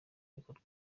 ibikorwa